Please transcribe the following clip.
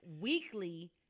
weekly